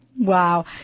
Wow